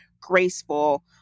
graceful